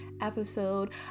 episode